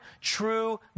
true